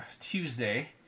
Tuesday